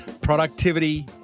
Productivity